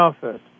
first